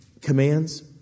commands